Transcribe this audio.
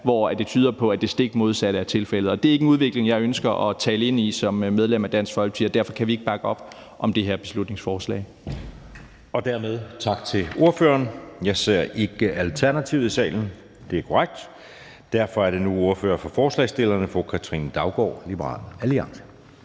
som tyder på, at det stik modsatte er tilfældet. Det er ikke en udvikling, jeg ønsker at tale ind i som medlem af Dansk Folkeparti, og derfor kan vi ikke bakke op om det her beslutningsforslag. Kl. 13:29 Anden næstformand (Jeppe Søe): Dermed tak til ordføreren. Jeg ser ikke Alternativets ordfører i salen, og derfor er det nu ordføreren for forslagsstillerne, fru Katrine Daugaard, Liberal Alliance.